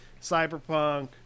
Cyberpunk